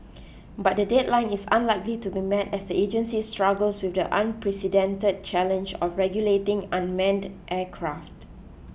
but the deadline is unlikely to be met as the agency struggles with the unprecedented challenge of regulating unmanned aircraft